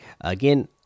again